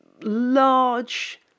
large